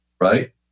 right